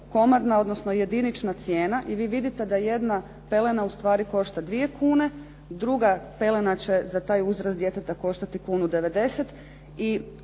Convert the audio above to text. komadna odnosno jedinična cijena i vi vidite da jedna pelena ustvari košta 2 kune, druga pelena će za taj uzrast djeteta koštati 1,90 i